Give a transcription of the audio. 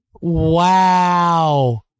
Wow